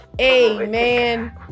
Amen